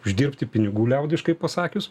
uždirbti pinigų liaudiškai pasakius